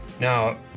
now